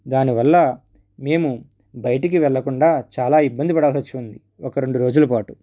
దానివల్ల మేము బయటకి వెళ్ళకుండా చాలా ఇబ్బంది పడాల్సి వచ్చి ఉంది ఒక రెండు రోజులపాటు